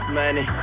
money